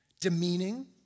demeaning